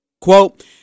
Quote